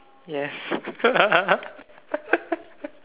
yes